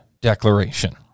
declaration